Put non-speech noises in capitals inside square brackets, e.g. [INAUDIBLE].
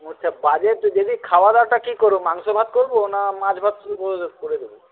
ও আচ্ছা বাজেট [UNINTELLIGIBLE] খাওয়াদাওয়াটা কী করবো মাংস ভাত করব না মাছ ভাত শুধু বলে [UNINTELLIGIBLE] করে দেবো